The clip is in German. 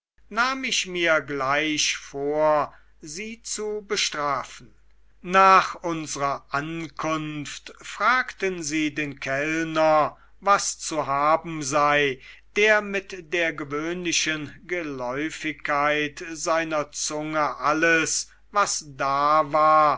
nahm ich mir gleich vor sie zu bestrafen nach unsrer ankunft fragten sie den kellner was zu haben sei der mit der gewöhnlichen geläufigkeit seiner zunge alles was da war